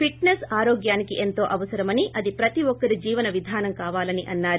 ఫిట్సెస్ ఆరోగ్యానికి ఎంతో అవసరమని అది ప్రతి ఒక్కరి జీవనవిధానం కావాలని అన్నారు